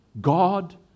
God